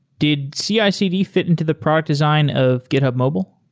did cicd fit into the product design of github mobile?